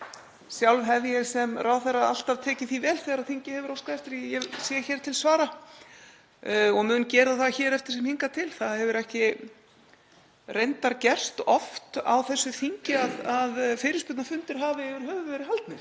Sjálf hef ég sem ráðherra alltaf tekið því vel þegar þingið hefur óskað eftir því að ég sé hér til svara, og mun ég gera það hér eftir sem hingað til. Það hefur reyndar ekki gerst oft á þessu þingi að fyrirspurnafundir hafi yfir höfuð verið haldnir.